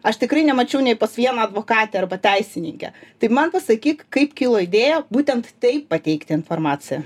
aš tikrai nemačiau nei pas vieną advokatę arba teisininkę tai man pasakyk kaip kilo idėja būtent taip pateikti informaciją